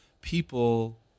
people